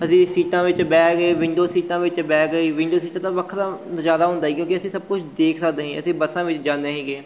ਅਸੀਂ ਸੀਟਾਂ ਵਿੱਚ ਬਹਿ ਗਏ ਵਿੰਡੋ ਸੀਟਾਂ ਵਿੱਚ ਬਹਿ ਗਏ ਵਿੰਡੋ ਸੀਟਾਂ ਦਾ ਵੱਖਰਾ ਨਜ਼ਾਰਾ ਹੁੰਦਾ ਈ ਕਿਉਂਕਿ ਅਸੀਂ ਸਭ ਕੁਛ ਦੇਖ ਸਕਦੇ ਹੀ ਅਸੀਂ ਬੱਸਾਂ ਵਿੱਚ ਜਾਂਦੇ ਸੀਗੇ